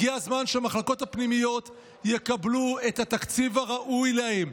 הגיע הזמן שהמחלקות הפנימיות יקבלו את התקציב הראוי להן.